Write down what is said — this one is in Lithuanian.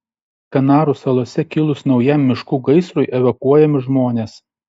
kanarų salose kilus naujam miškų gaisrui evakuojami žmonės